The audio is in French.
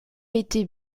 été